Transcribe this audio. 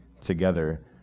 together